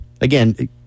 again